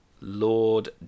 Lord